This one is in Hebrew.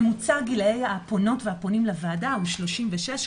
ממוצע גיל הפונות והפונים לוועדה הוא 36,